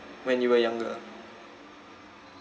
when you were younger